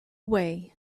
way